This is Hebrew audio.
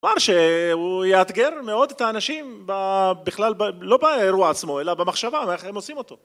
כלומר שהוא יאתגר מאוד את האנשים בכלל לא באירוע עצמו אלא במחשבה על איך הם עושים אותו